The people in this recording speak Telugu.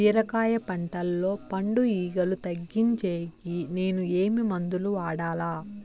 బీరకాయ పంటల్లో పండు ఈగలు తగ్గించేకి నేను ఏమి మందులు వాడాలా?